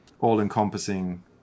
all-encompassing